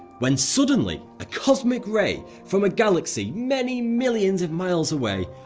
when suddenly, a cosmic ray from a galaxy many millions of miles away,